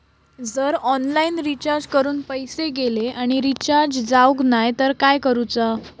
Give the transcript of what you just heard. जर online recharge करून पैसे गेले आणि रिचार्ज जावक नाय तर काय करूचा?